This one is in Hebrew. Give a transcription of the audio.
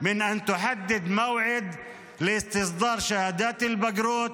מקביעת מועד להנפקת תעודות הבגרות.